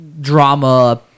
drama